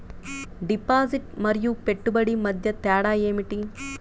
Deposit మరియు పెట్టుబడి మధ్య తేడా ఏమిటి?